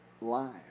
Live